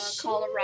Colorado